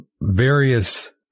Various